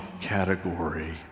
category